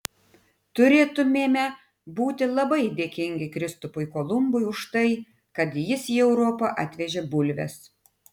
turėtumėme būti labai dėkingi kristupui kolumbui už tai kad jis į europą atvežė bulves